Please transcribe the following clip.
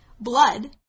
blood